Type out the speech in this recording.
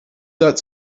that